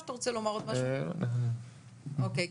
אוקיי.